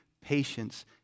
patience